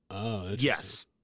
yes